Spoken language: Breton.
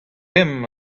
reomp